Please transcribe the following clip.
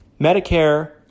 Medicare